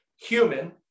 human